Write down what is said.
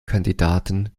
kandidaten